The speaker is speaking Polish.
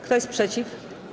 Kto jest przeciw?